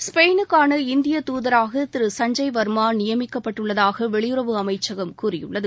ஸ்பெயினுக்கான இந்திய தூதராக திரு சஞ்சய் வர்மா நியமிக்கப்பட்டுள்ளதாக வெளியுறவு அமைச்சகம் கூறியுள்ளது